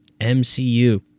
MCU